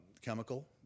chemical